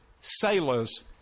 sailors